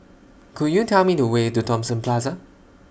Could YOU Tell Me The Way to Thomson Plaza